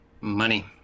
Money